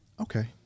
okay